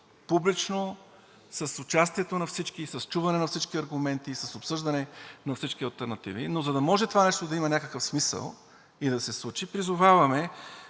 публично, с участието на всички, с чуване на всички аргументи, с обсъждане на всички алтернативи. Но за да може това нещо да има някакъв смисъл и да се случи, призоваваме